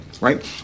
right